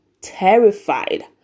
terrified